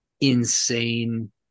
insane